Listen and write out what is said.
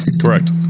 Correct